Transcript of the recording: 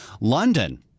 London